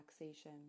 relaxation